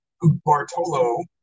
Bartolo